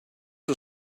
are